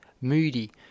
moody